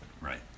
Right